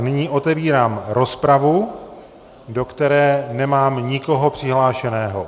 Nyní otevírám rozpravu, do které nemám nikoho přihlášeného.